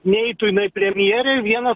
neitų jinai premjere vienas